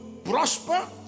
Prosper